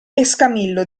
escamillo